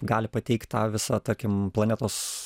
gali pateikt tą visą tarkim planetos